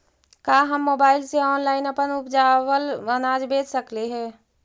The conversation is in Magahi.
का हम मोबाईल से ऑनलाइन अपन उपजावल अनाज बेच सकली हे?